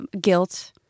guilt